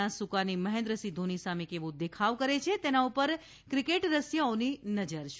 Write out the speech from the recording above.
નાં સુકાની મહેન્દ્રસિંહ ધોની સામે કેવો દેખાવ કરે છે તેના પર ક્રિકેટ રસિયાઓની નજર છે